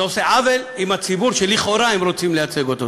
זה עושה עוול לציבור שלכאורה הם רוצים לייצג אותו.